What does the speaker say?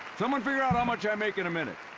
someone figure out how much i make in a minute.